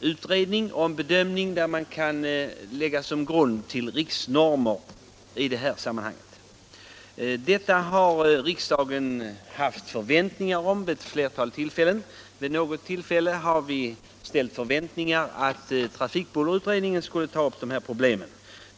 utredning som gör bedömningar som kan läggas till grund för riksnormer i detta sammanhang. Detta har riksdagen haft förväntningar på vid flera tillfällen. Vid något tillfälle har vi ställt förväntningar på att trafikbullerutredningen skulle ta upp dessa problem.